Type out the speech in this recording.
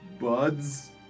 Buds